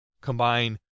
combine